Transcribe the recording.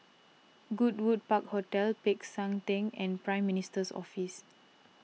Goodwood Park Hotel Peck San theng and Prime Minister's Office